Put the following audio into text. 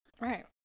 right